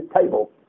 table